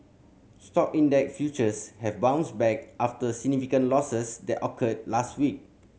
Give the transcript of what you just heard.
stock index futures have bounced back after significant losses that occurred last week